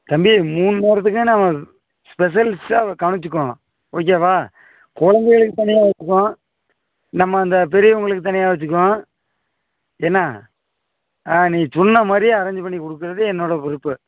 தம்பி மூணு நேரத்துக்கும் நம்ம ஸ்பெசல் லிஸ்ட்டாக கவனிச்சுக்குவோம் ஓகேவா கொழந்தையளுக்கு தனியாக வச்சுக்குவோம் நம்ம இந்தப் பெரியவங்களுக்குத் தனியாக வச்சுக்குவோம் என்ன ஆ நீ சொன்ன மாதிரியே அரேஞ்ச் பண்ணிக் கொடுக்கறது என்னோடய பொறுப்பு